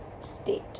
state